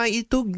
itu